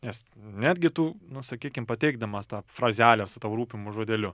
nes netgi tu nu sakykim pateikdamas tą frazelę su tau rūpimu žodeliu